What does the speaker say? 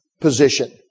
position